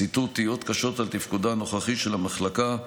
ציטוט, תהיות קשות על תפקודה הנוכחי של המחלקה.